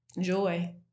Joy